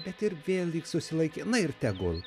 bet ir vėl lyg susilaikė na ir tegul